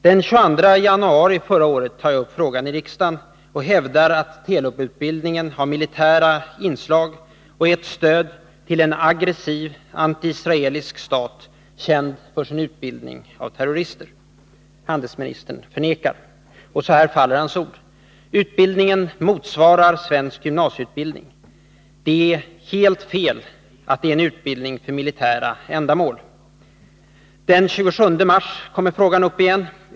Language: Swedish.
Den 22 januari förra året tar jag upp frågan i riksdagen och hävdar att Telubutbildningen har militära inslag och är ett stöd till en aggressiv, antiisraelisk stat, känd för sin utbildning av terrorister. Handelsministern förnekar. Så här faller hans ord: Utbildningen ”motsvarar svensk gymnasieutbildning”. ”Herr Wästbergs kommentarer om att detta är en utbildning för rent militära ändamål är helt felaktiga.” Den 27 mars kommer frågan upp igen.